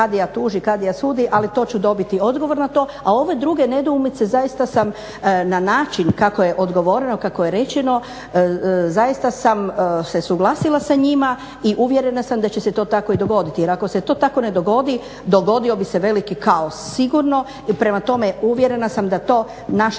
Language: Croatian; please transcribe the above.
kadija tuži, kadija sudi, ali to ću dobiti odgovor na to. A ove druge nedoumice zaista sam na način kako je odgovoreno, kako je rečeno zaista sam se suglasila sa njima i uvjerena sam da će se to tako i dogoditi. Jer ako se to tako ne dogodi dogodio bi se veliki kaos sigurno. I prema tome, uvjerena sam da to naše